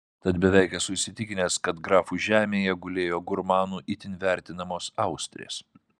tad beveik esu įsitikinęs kad grafų žemėje gulėjo gurmanų itin vertinamos austrės